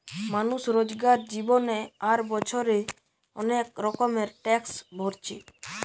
মানুষ রোজকার জীবনে আর বছরে অনেক রকমের ট্যাক্স ভোরছে